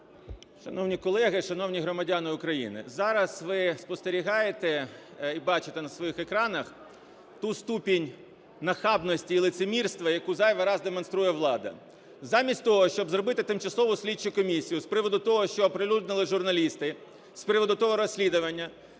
Шановні колеги, шановні громадяни України, зараз ви спостерігаєте і бачите на своїх екранах ту ступінь нахабності і лицемірства, яку зайвий раз демонструє влада. Замість того, щоб зробити тимчасову сліду комісію з приводу того, що оприлюднили журналісти, з приводу того розслідування,